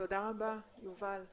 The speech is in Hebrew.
תודה רבה יובל.